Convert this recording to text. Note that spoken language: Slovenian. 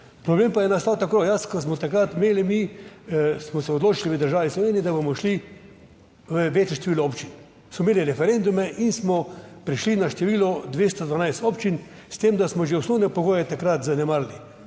Problem pa je nastal tako, jaz, ko smo takrat imeli mi smo se odločili v državi Sloveniji, da bomo šli v večje število občin. Smo imeli referendume in smo prišli na število 212 občin, s tem, da smo že osnovne pogoje takrat zanemarili.